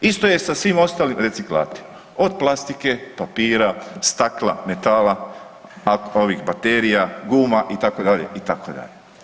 Isto je sa svim ostalim reciklatima od plastike, papira, stakla, metala, baterija, guma itd., itd.